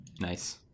Nice